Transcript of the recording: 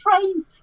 train